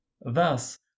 Thus